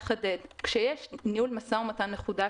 הדרך: כשיש ניהול משא ומתן מחודש,